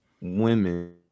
women